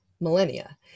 millennia